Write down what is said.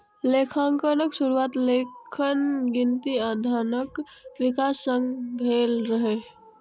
लेखांकनक शुरुआत लेखन, गिनती आ धनक विकास संग भेल रहै